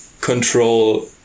control